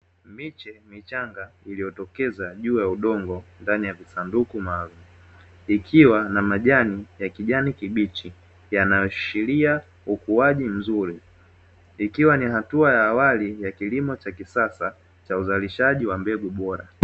Miche michanga iliyotokeza juu ya udongo ndani ya visanduku maalumu, ikiwa na majani ya kijani kibichi yanaashiria ukuaji mzuri. Ikiwa ni hatua ya awali ya kilimo cha kisasa, cha uzalishaji wa mbegu bora.